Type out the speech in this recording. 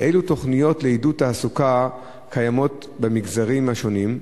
אילו תוכניות לעידוד תעסוקה קיימות במגזרים השונים?